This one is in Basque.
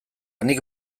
nik